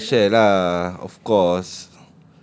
no lah I share lah of course